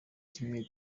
kimwe